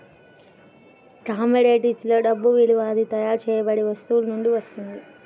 commodities లో డబ్బు విలువ అది తయారు చేయబడిన వస్తువు నుండి వస్తుంది